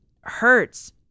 hurts